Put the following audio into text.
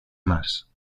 más